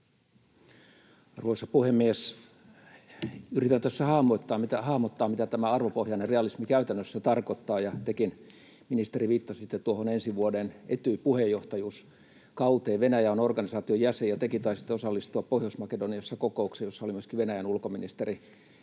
Arvoisa puhemies! Yritän tässä hahmottaa, mitä tämä arvopohjainen realismi käytännössä tarkoittaa, ja tekin, ministeri, viittasitte tuohon ensi vuoden Etyj-puheenjohtajuuskauteen. Venäjä on organisaation jäsen, ja tekin taisitte osallistua Pohjois-Makedoniassa kokoukseen, jossa oli myöskin Venäjän ulkoministeri